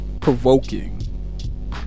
provoking